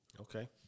Okay